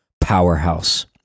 powerhouse